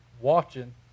watching